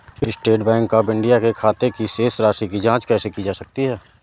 State Bank of India के खाते की शेष राशि की जॉंच कैसे की जा सकती है?